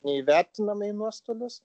neįvertinama į nuostolius